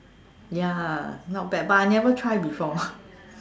ya not bad but I never try before